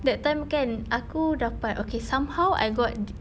that time kan aku dapat okay someone I got th~